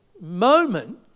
moment